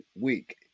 week